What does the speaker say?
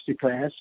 class